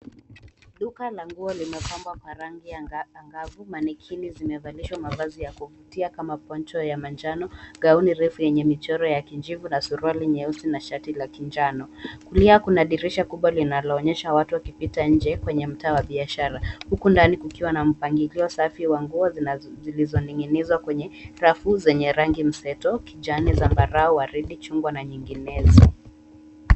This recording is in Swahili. Duka la nguo limepambwa kwa rangi angavu na manikini yamevalishwa mavazi ya kuvutia kama konjwa la manjano, gauni refu ya michoro ya kijivu na suruali nyeusi na shati la kinjano. Kulia kuna dirisha kubwa linaloonyesha watu wakipita nje kwenye mtaa wa biashara huku ndani kukiwa na mpangilio safi wa nguo zilizoning'inizwa kwenye rafu zenye rangi mseto kijani tambarao ya rangi ya chungwa na nyinginezo.